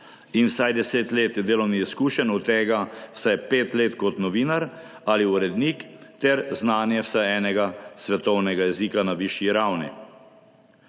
in vsaj 10 let delovnih izkušenj, od tega vsaj pet let kot novinar ali urednik, ter znanje vsaj enega svetovnega jezika na višji ravni.